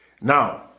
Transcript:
Now